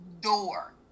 door